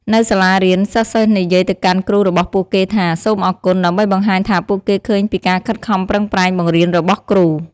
នៅសាលារៀន សិស្សៗនិយាយទៅកាន់គ្រូរបស់ពួកគេថា សូមអរគុណ ដើម្បីបង្ហាញថាពួកគេឃើញពីការខិតខំប្រឹងប្រែងបង្រៀនរបស់គ្រូ។